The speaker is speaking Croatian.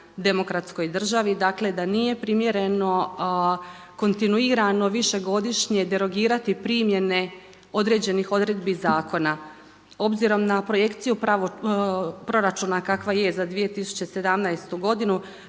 demokratskoj državi, dakle da nije primjereno kontinuirano višegodišnje derogirati primjene određenih odredbi zakona. Obzirom na projekciju proračuna kakva je za 2017. godinu